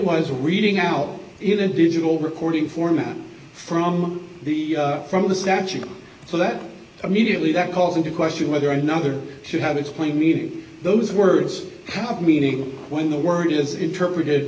was reading out in a digital recording format from the from the static so that immediately that calls into question whether another should have explained meaning those words have meaning when the word is interpreted